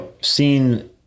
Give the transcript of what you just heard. seen